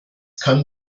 kann